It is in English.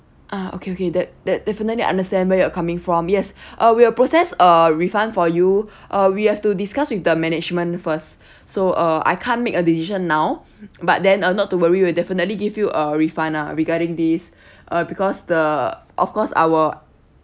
ah okay okay that that definitely I understand where you're coming from yes uh we will process a refund for you uh we have to discuss with the management first so uh I can't make a decision now but then uh not to worry we'll definitely give you a refund ah regarding this uh because the of course our